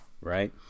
Right